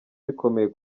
bikomeye